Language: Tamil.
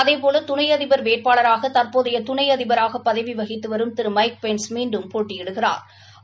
அதேபோல துணை அதிபர் வேட்பாளராக தற்போதைய துணை அதிபராக பதவி வகிக்கு வரும் திரு மைக் பென்ஸ் மீண்டும் போட்டியிடுகிறாா்